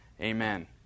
Amen